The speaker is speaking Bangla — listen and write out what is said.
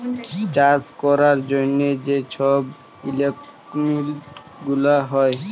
চাষ ক্যরার জ্যনহে যে ছব ইকলমিক্স গুলা হ্যয়